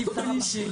תודה רבה.